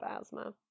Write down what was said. asthma